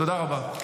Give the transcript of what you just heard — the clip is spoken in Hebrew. תודה רבה.